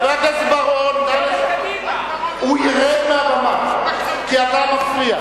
חבר הכנסת בר-און, הוא ירד מהבמה כי אתה מפריע.